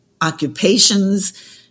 occupations